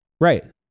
Right